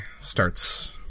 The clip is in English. starts